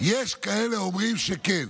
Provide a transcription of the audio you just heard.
יש כאלה שאומרים שכן.